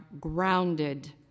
grounded